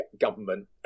government